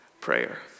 prayer